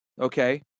okay